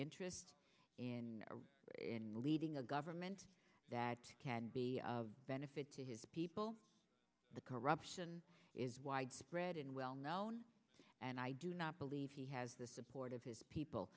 interest in leading a government that can be of benefit to his people the corruption is widespread and well known and i do not believe he has the support of his people